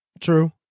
True